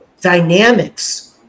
dynamics